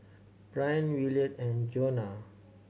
Bryan Williard and Johanna